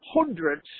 hundreds